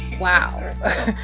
Wow